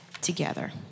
together